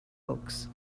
oaks